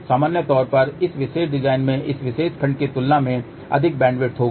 सामान्य तौर पर इस विशेष डिजाइन में इस विशेष खंड की तुलना में अधिक बैंडविड्थ होगा